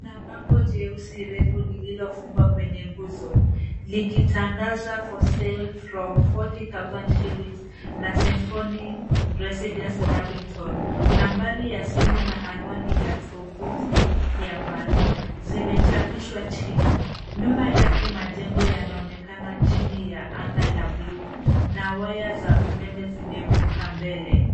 Kuna bango jeusi refu lililofungwa kwenye nguzo, likitangaza for sale from 40000 shillings na Symphony Residence Lavington. Nambari ya simu na anwani ya tovuti ya Vaal zimechapishwa chini. Nyuma yake majengo yanaonekana chini ya anga la buluu na waya za umeme zimevuka mbele.